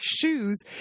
shoes